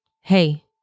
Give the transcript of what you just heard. Hey